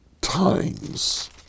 times